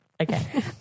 Okay